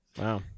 Wow